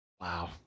Wow